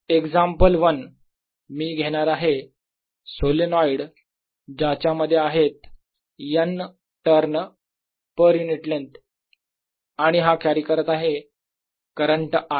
example 1 मी घेणार आहे सोलेनोईड ज्याच्या मध्ये आहेत n turn per unit length आणि हा कॅरी करत आहे करंट I